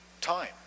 time